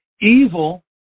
evil